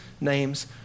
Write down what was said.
name's